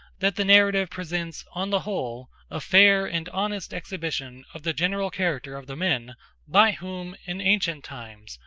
that the narrative presents, on the whole, a fair and honest exhibition of the general character of the men by whom, in ancient times,